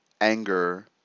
anger